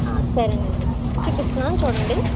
ఆ సరే అండి చూపిస్తున్నాను చూడండి